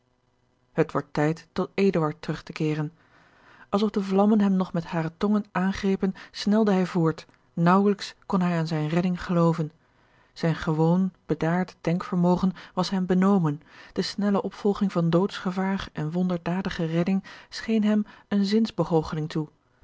het wordt tijd tot eduard terug te keeren alsof de vlammen hem nog met hare tongen aangrepen snelde hij voort naauwelijks kon hij aan zijne redding gelooven zijn gewoon bedaard denkvermogen was hem benomen de snelle opvolging van doodsgevaar en wonderdadige redding scheen hem eene zinsbegoocheling toe